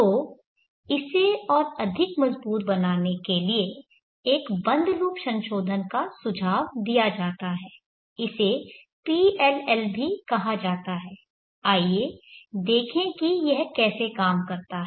तो इसे और अधिक मजबूत बनाने के लिए एक बंद लूप संशोधन का सुझाव दिया जाता है इसे PLL भी कहा जाता है आइए देखें कि यह कैसे काम करता है